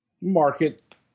market